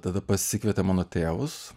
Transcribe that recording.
tada pasikvietė mano tėvus